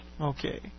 Okay